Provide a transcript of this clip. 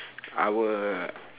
I will